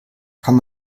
kann